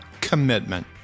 commitment